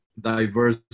diverse